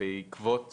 בעקבות